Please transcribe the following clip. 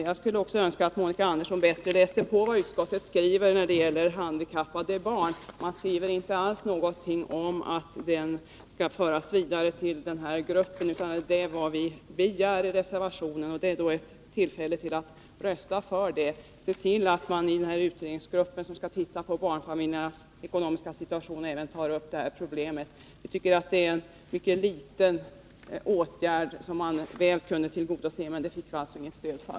Jag skulle önska att Monica Andersson litet bättre läste vad utskottet skriver om handikappade barn. Man skriver inte alls att detta skulle föras vidare till utredningsgruppen, utan det är vad vi begär i reservationen. Nu finns det tillfälle att rösta för det och se till att man i utredningsgruppen, som skall se på barnfamiljernas ekonomiska situation, även tar upp detta problem. Jag tycker att det är en mycket liten åtgärd som väl kunde genomföras, men det fick vi alltså inte stöd för.